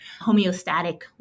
homeostatic